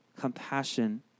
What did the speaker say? compassion